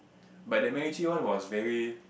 but the MacRitchie one was very